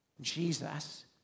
Jesus